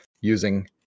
using